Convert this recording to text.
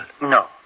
No